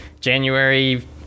January